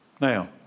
now